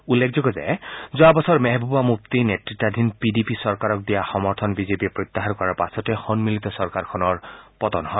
উল্লেখ্য যে যোৱা বছৰ মেহবুবা মুফতিৰ নেতৃত্বৰ পি ডি পি চৰকাৰক দিয়া সমৰ্থন বি জে পিয়ে প্ৰত্যাহাৰ কৰাৰ পাছতে সন্মিলিত চৰকাৰখন পতন হয়